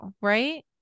Right